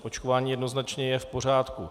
Očkování jednoznačně je v pořádku.